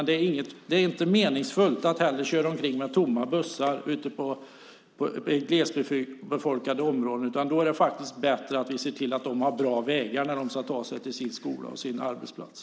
Det är inte heller meningsfullt att köra omkring med tomma bussar ute i glesbefolkade områden. Då är det bättre att vi ser till att de har bra vägar när de ska ta sig till sin skola och sin arbetsplats.